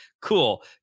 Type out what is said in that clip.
Cool